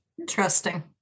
Interesting